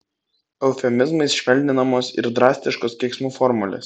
eufemizmais švelninamos ir drastiškos keiksmų formulės